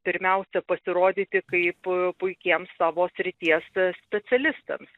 pirmiausia pasirodyti kaip puikiems savo srities specialistams